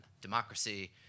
democracy